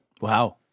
Wow